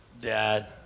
dad